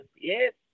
Yes